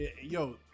Yo